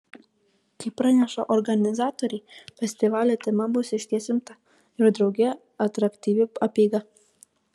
kaip praneša organizatoriai festivalio tema bus išties rimta ir drauge atraktyvi apeiga